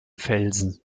felsen